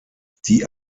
die